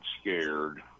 scared